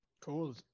cool